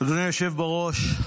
אדוני היושב בראש,